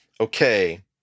Okay